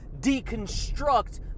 deconstruct